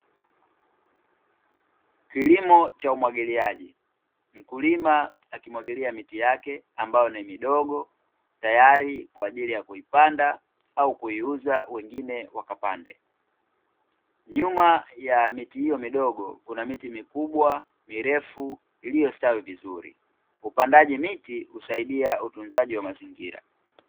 Kilimo cha umwagiliaji; mkulima akimwagilia miti yake ambayo ni midogo tayari kwa ajili ya kuipanda au kuiuza wengine wakapande. Nyuma ya miti hiyo midogo kuna miti mikubwa, mirefu, iliyostawi vizuri upandaji miti husaidia utunzaji wa mazingira.